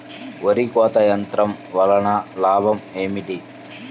వరి కోత యంత్రం వలన లాభం ఏమిటి?